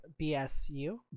BSU